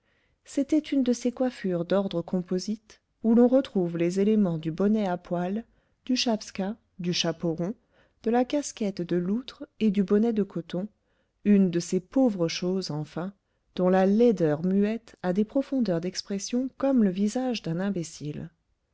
c'était une de ces coiffures d'ordre composite où l'on retrouve les éléments du bonnet à poil du chapska du chapeau rond de la casquette de loutre et du bonnet de coton une de ces pauvres choses enfin dont la laideur muette a des profondeurs d'expression comme le visage d'un imbécile